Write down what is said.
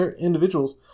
individuals